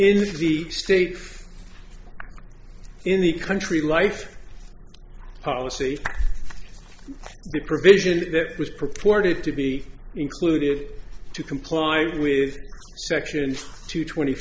in the states in the country life policy the provision that was purported to be included to comply with section two twenty